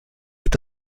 est